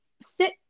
sit